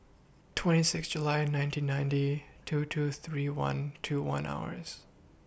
twenty six July nineteen ninety two two three one two one hours